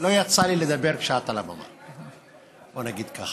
בואי נגיד ככה: